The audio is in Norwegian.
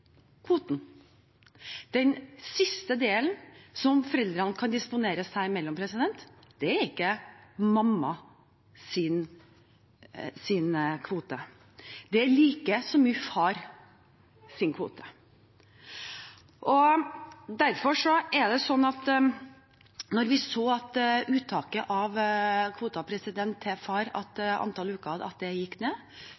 kvoten. Den siste delen som foreldrene kan disponere seg imellom, er ikke mammas kvote, det er like mye fars kvote. Jeg er glad for at vi, fordi vi så at uttaket av kvoten til far,